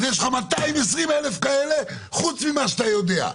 אז יש לך 220,000 כאלה חוץ ממה שאתה יודע,